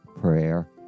prayer